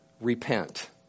repent